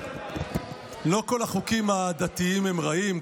לא כל החוקים הדתיים הם רעים,